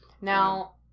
Now